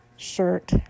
shirt